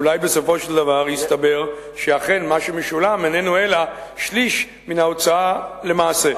אולי בסופו של דבר יסתבר שאכן מה שמשולם איננו אלא שליש מההוצאה למעשה.